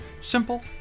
simple